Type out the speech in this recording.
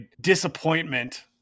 disappointment